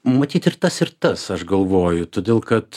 matyt ir tas ir tas aš galvoju todėl kad